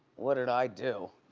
what did i do?